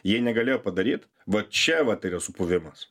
jie negalėjo padaryt va čia vat yra supuvimas